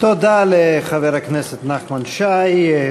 תודה לחבר הכנסת נחמן שי.